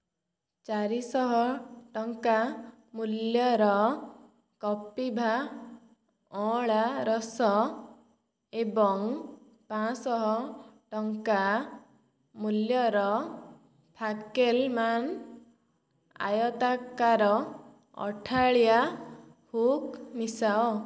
ଚାରିଶହ ଟଙ୍କା ମୂଲ୍ୟର କପିଭା ଅଁଳା ରସ ଏବଂ ପାଞ୍ଚଶହ ଟଙ୍କା ମୂଲ୍ୟର ଫାକେଲମାନ୍ ଆୟତାକାର ଅଠାଳିଆ ହୁକ୍ ମିଶାଅ